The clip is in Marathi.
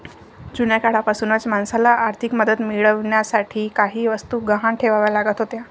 जुन्या काळापासूनच माणसाला आर्थिक मदत मिळवण्यासाठी काही वस्तू गहाण ठेवाव्या लागत होत्या